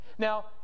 Now